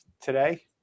today